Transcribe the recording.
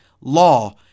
law